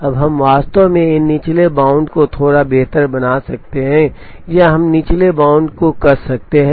अब हम वास्तव में इन निचले बाउंड को थोड़ा बेहतर बना सकते हैं या हम निचले बाउंड को कस सकते हैं